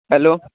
hello